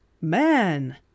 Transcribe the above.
Man